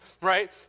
right